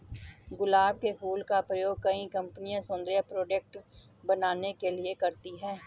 गुलाब के फूल का प्रयोग कई कंपनिया सौन्दर्य प्रोडेक्ट बनाने के लिए करती है